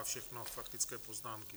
Všechno faktické poznámky.